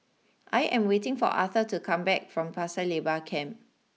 I am waiting for Arther to come back from Pasir Laba Camp